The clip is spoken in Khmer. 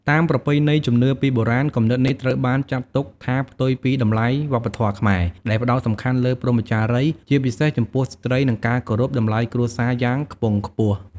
តាមប្រពៃណី និងជំនឿពីបុរាណ គំនិតនេះត្រូវបានចាត់ទុកថាផ្ទុយពីតម្លៃវប្បធម៌ខ្មែរ ដែលផ្ដោតសំខាន់លើ ព្រហ្មចារីយ៍ ជាពិសេសចំពោះស្ត្រី និងការគោរព តម្លៃគ្រួសារយ៉ាងខ្ពង់ខ្ពស់។